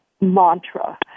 Mantra